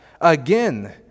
Again